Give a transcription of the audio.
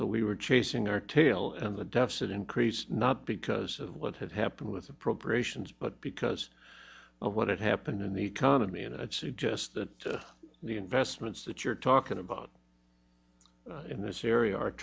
so we were chasing our tail and the deficit increased not because of what had happened with appropriations but because of what had happened in the economy and i'd suggest that the investments that you're talking about in this area are